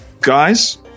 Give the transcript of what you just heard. Guys